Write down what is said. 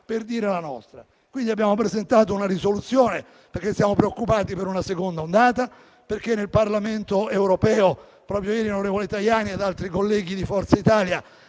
per dire la nostra. Quindi abbiamo presentato una risoluzione perché siamo preoccupati per una seconda ondata e al Parlamento europeo proprio ieri l'onorevole Tajani e altri colleghi di Forza Italia